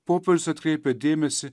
popiežius atkreipia dėmesį